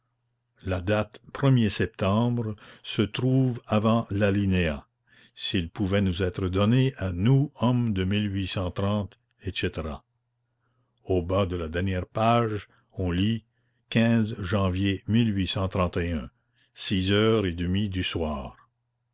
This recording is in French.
la date er septembre se trouve avant l'alinéa s'il pouvait nous être donné à nous hommes de etc au bas de la dernière page on lit janvier heures du soir